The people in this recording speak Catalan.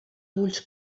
ulls